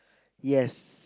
yes